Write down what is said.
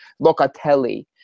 Locatelli